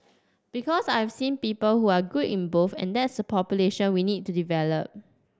because I've seen people who are good in both and that's the population we need to develop